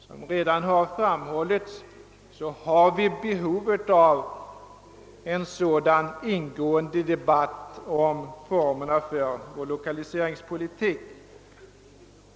Som redan har framhållits har vi ett behov av en sådan ingående debatt om formerna för vår lokaliseringspolitik.